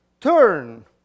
Turn